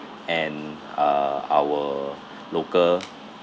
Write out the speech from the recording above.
and uh our local